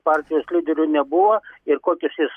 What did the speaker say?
partijos lyderiui nebuvo ir kokius jis